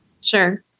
Sure